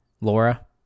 Laura